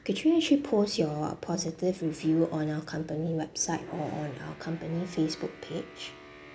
could you actually post your positive review on our company website or on our company Facebook page